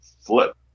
flip